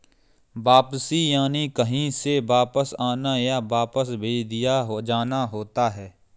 वापसी यानि कहीं से वापस आना, या वापस भेज दिया जाना होता है